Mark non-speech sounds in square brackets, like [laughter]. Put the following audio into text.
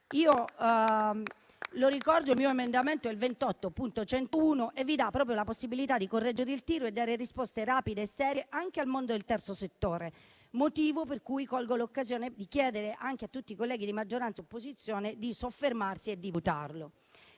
[applause] Il mio emendamento, il 28.101, vi dà proprio la possibilità di correggere il tiro e dare risposte rapide e serie anche al mondo del terzo settore, motivo per cui colgo l'occasione di chiedere, anche a tutti i colleghi di maggioranza e opposizione, di soffermarsi sulla